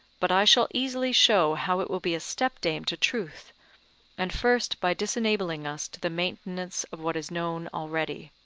but i shall easily show how it will be a step-dame to truth and first by disenabling us to the maintenance of what is known already.